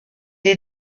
est